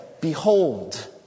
Behold